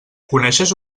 coneixes